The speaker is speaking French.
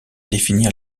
définir